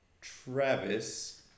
Travis